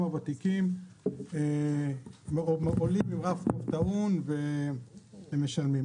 הוותיקים עולים עם רב-קו טעון והם משלמים.